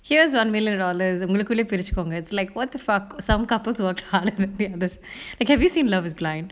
here's one million dollars உங்களுக்குள்ளயே பிரிச்சுகோங்க:ungalukkullaye pirichukonga it's like what the fuck some couples work harder than the others have you seen love is blind